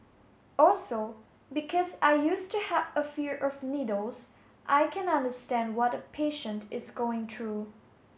also because I used to have a fear of needles I can understand what a patient is going through